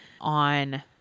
on